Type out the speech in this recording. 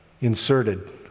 inserted